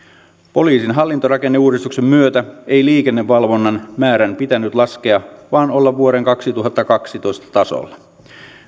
poliisin hallintorakenneuudistuksen myötä ei liikennevalvonnan määrän pitänyt laskea vaan olla vuoden kaksituhattakaksitoista tasolla